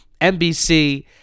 NBC